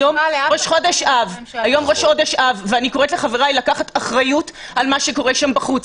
היום ראש חודש אב ואני קוראת לחבריי לקחת אחריות על מה שקורה שם בחוף,